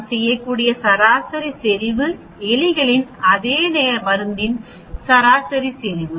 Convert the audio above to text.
நாம் செய்யக்கூடிய சராசரி செறிவு எலிகளில் அதே மருந்தின் சராசரி செறிவு